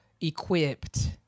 equipped